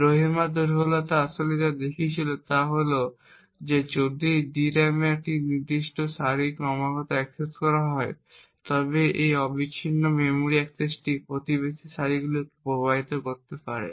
rowhammer দুর্বলতা আসলে যা দেখিয়েছিল তা হল যে যদি DRAM এর একটি নির্দিষ্ট সারি ক্রমাগত অ্যাক্সেস করা হয় তবে এই অবিচ্ছিন্ন মেমরি অ্যাক্সেসটি প্রতিবেশী সারিগুলিকে প্রভাবিত করতে পারে